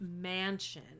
mansion